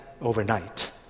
overnight